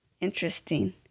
Interesting